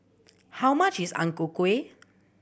how much is Ang Ku Kueh